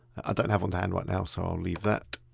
i don't have on hand right now so i'll leave that.